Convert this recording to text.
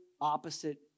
opposite